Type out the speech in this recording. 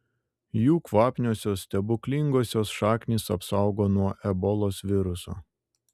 jų kvapniosios stebuklingosios šaknys apsaugo nuo ebolos viruso